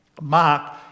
Mark